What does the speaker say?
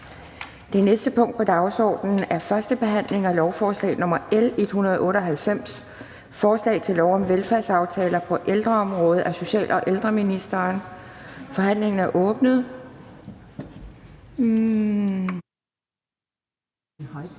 Det næste punkt på dagsordenen er: 3) 1. behandling af lovforslag nr. L 198: Forslag til lov om velfærdsaftaler på ældreområdet. Af social- og ældreministeren (Astrid Krag).